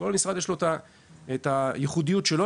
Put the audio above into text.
לכל משרד יש את הייחודיות שלו,